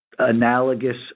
analogous